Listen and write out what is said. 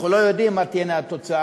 אנחנו לא יודעים מה תהיה התוצאה.